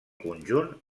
conjunt